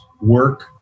work